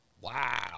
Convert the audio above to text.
Wow